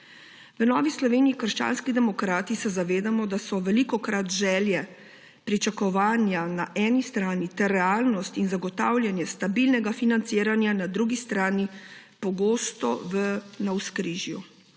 V Novi Sloveniji - krščanski demokrati se zavedamo, da so velikokrat želje, pričakovanja na eni strani ter realnost in zagotavljanje stabilnega financiranja na drugi strani pogosto v navzkrižju.